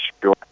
Sure